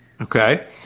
Okay